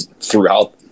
throughout